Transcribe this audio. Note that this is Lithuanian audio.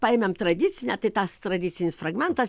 paėmėm tradicinę tai tas tradicinis fragmentas